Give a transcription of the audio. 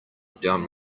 down